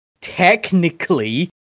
technically